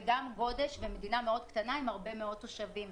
וגם גודש במדינה מאוד קטנה עם הרבה מאוד תושבים.